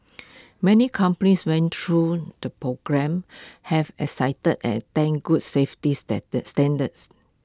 many companies went through the programme have exited and attained good safety standards